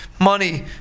money